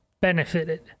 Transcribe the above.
benefited